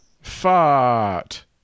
Fart